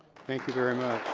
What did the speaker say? thank you very